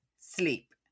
sleep